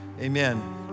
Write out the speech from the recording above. amen